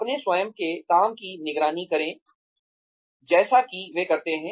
अपने स्वयं के काम की निगरानी करें जैसा कि वे करते हैं